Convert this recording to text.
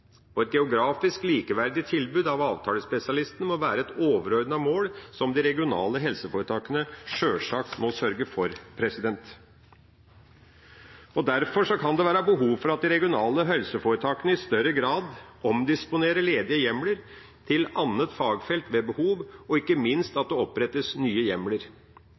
Et geografisk likeverdig tilbud av avtalespesialistene må være et overordnet mål, som de regionale helseforetakene sjølsagt må sørge for. Derfor kan det være behov for at de regionale helseforetakene i større grad omdisponerer ledige hjemler til annet fagfelt ved behov, og ikke minst at det opprettes nye hjemler.